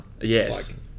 Yes